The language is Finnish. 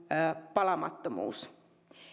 palamattomuus